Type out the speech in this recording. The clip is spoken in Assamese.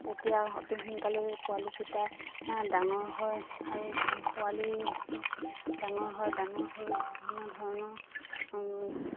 তেতিয়া অতি সোনকালেই পোৱালিকেইটা ডাঙৰ হয় আৰু পোৱালি ডাঙৰ হয় ডাঙৰ হৈ বিভিন্ন ধৰণৰ